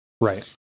right